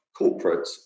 corporates